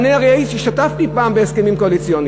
אבל אני השתתפתי פעם בדיונים על הסכמים קואליציוניים.